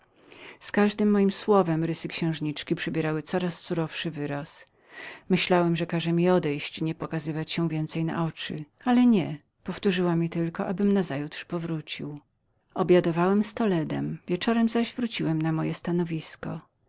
za każdym wyrazem rysy księżniczki przybierały coraz surowszy wyraz myślałem że każe mi odejść i nie pokazywać się więcej na oczy ale przeciwnie powtórzyła mi łagodnie abym nazajutrz powrócił obiadowałem w toledoz toledo wieczorem zaś wróciłem na moje stanowisko